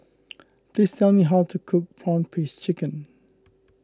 please tell me how to cook Prawn Paste Chicken